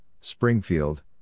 Springfield